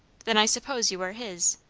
then i suppose you are his.